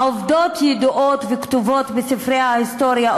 העובדות ידועות וכתובות בספרי ההיסטוריה,